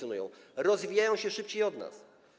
Oni rozwijają się szybciej od nas.